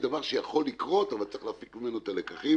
דבר שיכול לקרות אבל צריך להפיק ממנו את הלקחים.